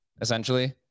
essentially